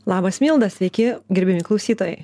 labas milda sveiki gerbiami klausytojai